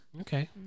Okay